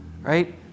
Right